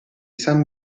san